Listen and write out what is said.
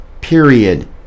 period